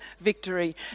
victory